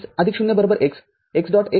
ओळख x 0 x x